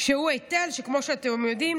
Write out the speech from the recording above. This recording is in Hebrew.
שכמו שאתם יודעים,